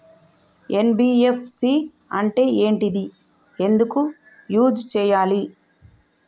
NBFC అంటే ఏంటిది ఎందుకు యూజ్ చేయాలి?